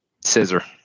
Scissor